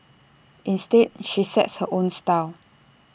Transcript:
instead she sets her own style